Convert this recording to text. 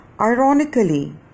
Ironically